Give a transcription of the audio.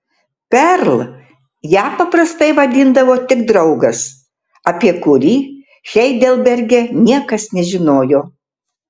perl ją paprastai vadindavo tik draugas apie kurį heidelberge niekas nežinojo